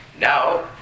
Now